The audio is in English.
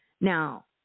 Now